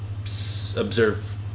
observe